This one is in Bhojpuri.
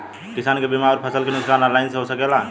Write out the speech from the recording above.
किसान के बीमा अउर फसल के नुकसान ऑनलाइन से हो सकेला?